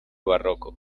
barroco